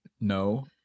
No